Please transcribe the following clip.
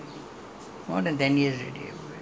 we went in two thousand nine ah is it !huh!